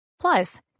Plus